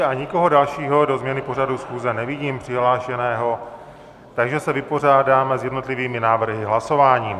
Nikoho dalšího do změny pořadu schůze nevidím přihlášeného, takže se vypořádáme s jednotlivými návrhy hlasováním.